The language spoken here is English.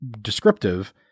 descriptive